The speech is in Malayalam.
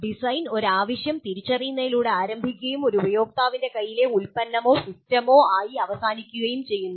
ഡിസൈൻ ഒരു ആവശ്യം തിരിച്ചറിയുന്നതിലൂടെ ആരംഭിക്കുകയും ഒരു ഉപയോക്താവിന്റെ കൈയിലുള്ള ഉൽപ്പന്നമോ സിസ്റ്റമോ ആയി അവസാനിക്കുകയും ചെയ്യുന്നു